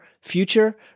future